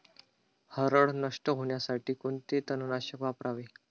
हरळ नष्ट होण्यासाठी कोणते तणनाशक वापरावे?